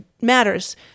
Matters